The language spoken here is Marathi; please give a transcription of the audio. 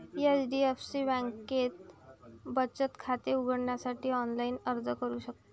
एच.डी.एफ.सी बँकेत बचत खाते उघडण्यासाठी ऑनलाइन अर्ज करू शकता